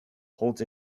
holds